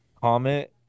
comment